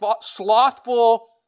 slothful